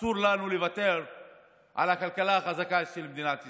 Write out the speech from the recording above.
אסור לנו לוותר על הכלכלה החזקה של מדינת ישראל.